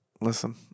listen